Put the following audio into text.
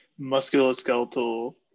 musculoskeletal